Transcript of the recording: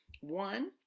one